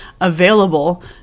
available